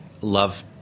love